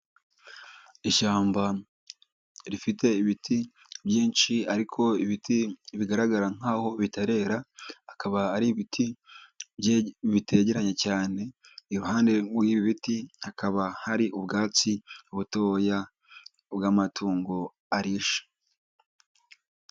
Ishyamba rifite ibiti byinshi ariko ibiti bigaragara nk'aho bitarera, akaba ari ibiti bitegeranye cyane, iruhande rw'ibi biti hakaba hari ubwatsi butoya bw'amatungo arisha.